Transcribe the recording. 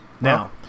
Now